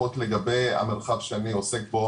לפחות לגבי המרחב שאני עוסק בו,